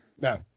No